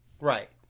Right